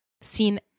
seen